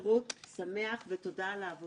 שהחברה האזרחית: לובי 99,